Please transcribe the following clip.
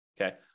okay